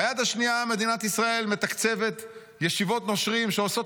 ביד השנייה מדינת ישראל מתקצבת ישיבות נושרים שעושות